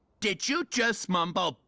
did you just mumble,